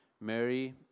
Mary